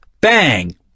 bang